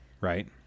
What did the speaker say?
right